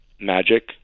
magic